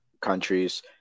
countries